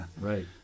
Right